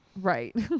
Right